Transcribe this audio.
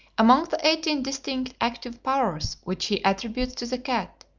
among the eighteen distinct active powers which he attributes to the cat,